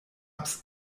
ups